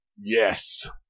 yes